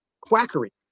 quackery